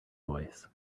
voice